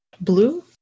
blue